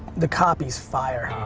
the copy's fire.